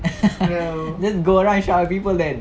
just go around and shout at people then